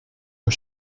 aux